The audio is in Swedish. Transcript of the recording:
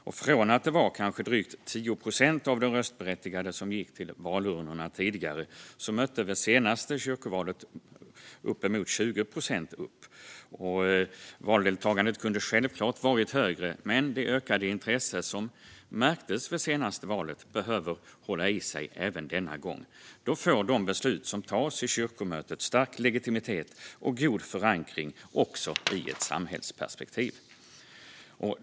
Medan det tidigare var kanske drygt 10 procent av de röstberättigade som gick till valurnorna var det vid det senaste kyrkovalet uppemot 20 procent som mötte upp. Valdeltagandet kunde självklart ha varit högre, men det ökade intresse som märktes vid det senaste valet behöver hålla i sig även denna gång. Då får de beslut som tas i kyrkomötet stark legitimitet och god förankring också i ett samhällsperspektiv.